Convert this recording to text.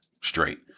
straight